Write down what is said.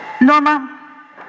Norma